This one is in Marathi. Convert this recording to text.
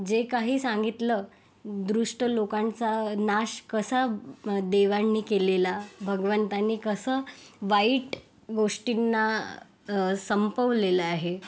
जे काही सांगितलं दुष्ट लोकांचा नाश कसा देवांनी केलेला भगवंतांनी कसं वाईट गोष्टींना संपवलेलं आहे